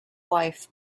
wife